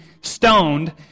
stoned